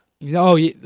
No